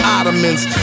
Ottomans